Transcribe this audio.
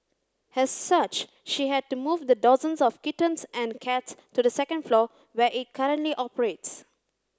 as such she had to move the dozens of kittens and cats to the second floor where it currently operates